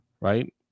right